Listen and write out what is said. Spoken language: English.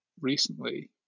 recently